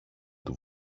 του